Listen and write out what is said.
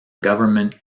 government